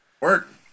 Work